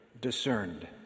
discerned